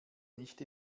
nicht